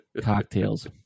cocktails